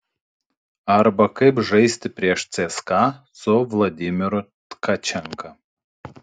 arba kaip žaisti prieš cska su vladimiru tkačenka